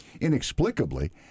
inexplicably